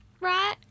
Right